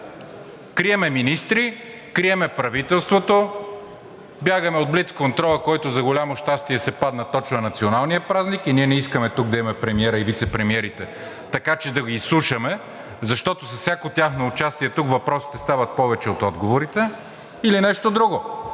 Крием министрите, крием правителството, бягаме от блицконтрола, който за голямо щастие се падна точно на Националния празник, и не искаме тук да има премиер и вицепремиери, така че да ги изслушаме, защото с всяко тяхно участие въпросите стават повече от отговорите, или нещо друго.